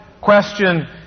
question